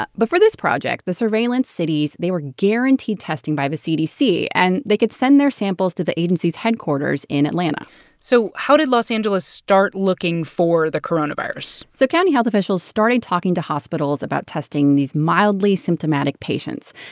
but but for this project, the surveillance cities they were guaranteed testing by the cdc. and they could send their samples to the agency's headquarters in atlanta so how did los angeles start looking for the coronavirus? so county health officials started talking to hospitals about testing these mildly symptomatic patients,